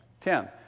Ten